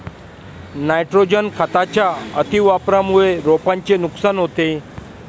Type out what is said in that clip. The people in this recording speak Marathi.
नायट्रोजन खताच्या अतिवापरामुळे रोपांचे नुकसान होते